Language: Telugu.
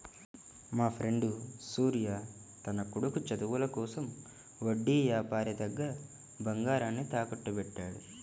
మాఫ్రెండు సూర్య తన కొడుకు చదువుల కోసం వడ్డీ యాపారి దగ్గర బంగారాన్ని తాకట్టుబెట్టాడు